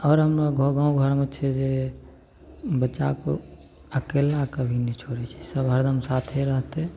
आओर हम गाम घरमे छै जे बच्चाके अकेला कभी नहि छोड़ै छै सब हरदम साथे रहतै